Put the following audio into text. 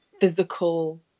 physical